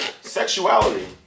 Sexuality